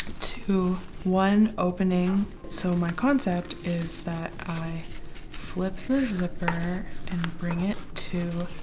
to one opening so my concept is that i flip the zipper and bring it to